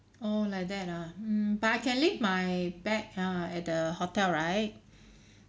oh like that ah mm but I can leave my bag ah at the hotel right